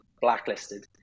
blacklisted